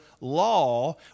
law